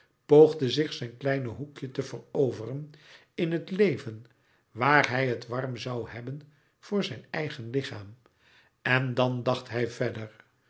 poogde zich zijn kleine hoekje te veroveren in het leven waar hij het warm zoû hebben voor louis couperus metamorfoze zijn eigen lichaam en dan dacht hij verder